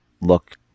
look